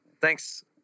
Thanks